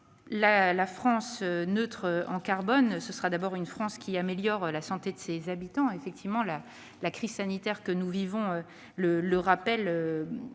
Une France neutre en carbone, ce sera d'abord une France qui améliore la santé de ses habitants. La crise sanitaire que nous vivons le rappelle